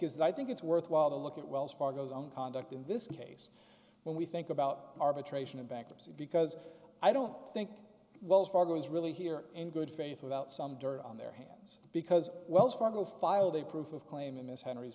that i think it's worthwhile to look at wells fargo zone conduct in this case when we think about arbitration in bankruptcy because i don't think wells fargo is really here in good faith without some dirt on their hands because wells fargo filed a proof of claim in this henry